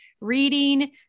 Reading